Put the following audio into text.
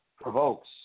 provokes